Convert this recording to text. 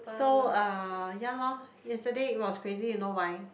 so uh ya loh yesterday it was crazy you know why